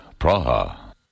Praha